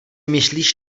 myslíš